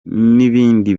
n’ibindi